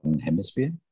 Hemisphere